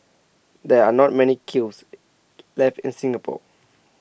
there are not many kilns left in Singapore